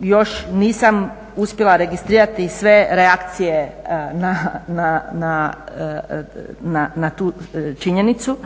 još nisam uspjela registrirati sve reakcije na tu činjenicu.